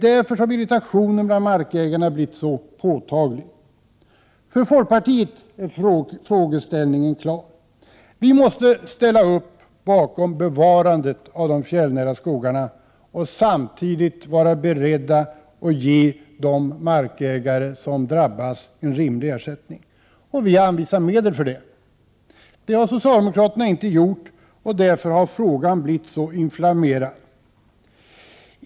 Därför har irritationen bland markägarna blivit så påtaglig. För folkpartiet är frågeställningen klar. Vi måste ställa upp för att bevara de fjällnära skogarna och samtidigt vara beredda att ge de markägare som drabbas rimlig ersättning. Vi har anvisat medel för detta. Det har socialdemokraterna inte gjort, och därför har frågan blivit så inflammerad.